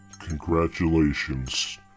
Congratulations